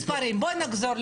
אם אתה רוצה,